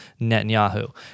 Netanyahu